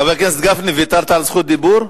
חבר הכנסת גפני, ויתרת על זכות דיבור?